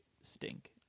stink